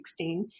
2016